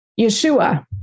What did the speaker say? Yeshua